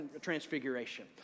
Transfiguration